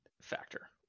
factor